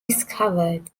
discovered